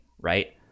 right